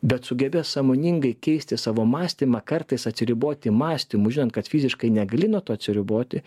bet sugebės sąmoningai keisti savo mąstymą kartais atsiriboti mąstymu žinant kad fiziškai negali nuo to atsiriboti